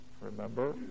Remember